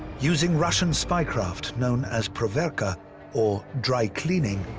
using russian spy-craft known as proverka or dry cleaning,